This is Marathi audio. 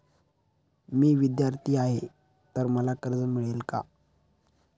मी विद्यार्थी आहे तर मला कर्ज मिळेल का?